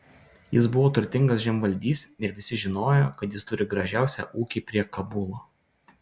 jis buvo turtingas žemvaldys ir visi žinojo kad jis turi gražiausią ūkį prie kabulo